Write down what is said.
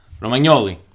Romagnoli